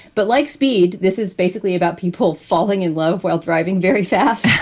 but like speed, this is basically about people falling in love while driving very fast and